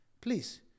Please